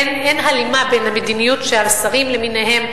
אין הלימה בין המדיניות שהשרים למיניהם,